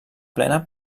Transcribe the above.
plena